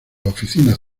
oficinas